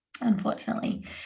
Unfortunately